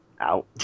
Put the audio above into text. out